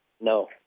No